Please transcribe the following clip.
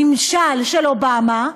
הממשל של אובמה,